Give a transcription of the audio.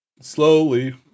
slowly